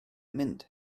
mynd